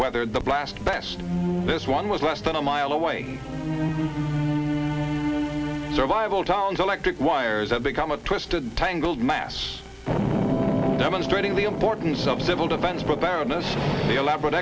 weathered the blast best this one was less than a mile away survival town's electric wires have become a twisted tangled mass demonstrating the importance of civil defense preparedness the elaborate